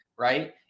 Right